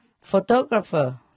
Photographer